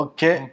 Okay